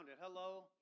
Hello